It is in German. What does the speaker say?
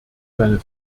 seine